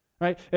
right